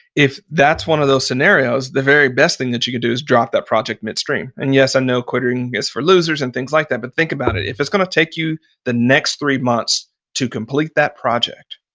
if that's one of those scenarios, the very best thing that you could do is drop that project midstream. and yes, i know quitting is for losers and things like that, but think about it. if it's going to take you the next three months to complete that project,